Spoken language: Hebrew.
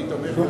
אני תומך,